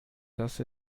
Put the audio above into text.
dass